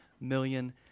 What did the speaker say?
million